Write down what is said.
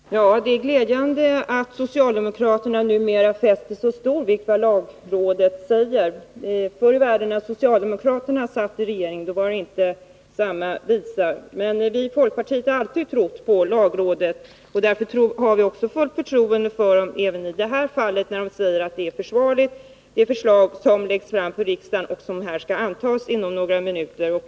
Herr talman! Det är glädjande att socialdemokraterna numera fäster stor vikt vid vad lagrådet säger. Förr i världen, när socialdemokraterna satt i regeringen, var det inte samma visa. Vi i folkpartiet har alltid trott på lagrådet. Därför har vi fullt förtroende för lagrådet även i det här fallet, när det uttalar sig om det förslag som lagts fram för riksdagen och som här skall antas om några minuter.